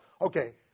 Okay